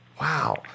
Wow